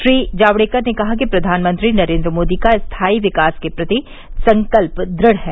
श्री जावड़ेकर ने कहा कि प्रधानमंत्री नरेन्द्र मोदी का स्थायी विकास के प्रति संकल्प दृढ़ है